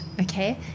okay